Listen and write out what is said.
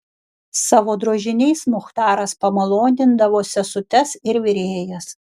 savo drožiniais muchtaras pamalonindavo sesutes ir virėjas